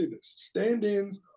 stand-ins